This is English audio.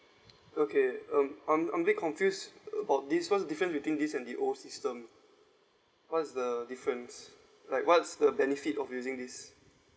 okay um I'm I'm a bit confused about this what's different between this and the old system what's the difference like what is the benefit of using this